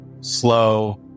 slow